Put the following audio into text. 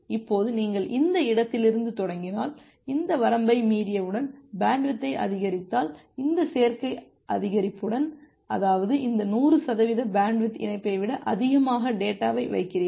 இப்போது நீங்கள் இந்த இடத்திலிருந்து தொடங்கினால் இந்த வரம்பை மீறியவுடன் பேண்ட்வித்தை அதிகரித்தால் இந்த சேர்க்கை அதிகரிப்புடன் அதாவது இந்த நூறு சதவீத பேண்ட்வித் இணைப்பை விட அதிகமான டேட்டாவை வைக்கிறீர்கள்